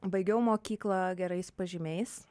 baigiau mokyklą gerais pažymiais